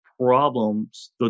problems